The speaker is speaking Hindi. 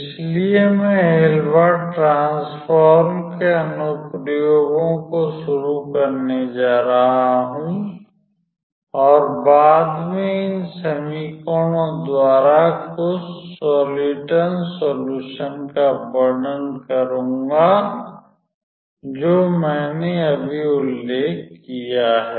इसलिए मैं हिल्बर्ट ट्रांसफ़ॉर्म के अनुप्रयोगों को शुरू करने जा रहा हूं और बाद में इन समीकरणों द्वारा कुछ सॉलिटॉन सोल्युशंस का वर्णन करूंगा जो मैंने अभी उल्लेख किया है